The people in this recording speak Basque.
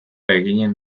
eginen